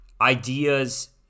ideas